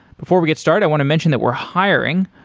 before we get started, i want to mention that we're hiring.